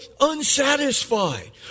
unsatisfied